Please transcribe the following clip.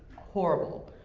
horrible.